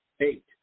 Eight